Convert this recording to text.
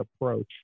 approach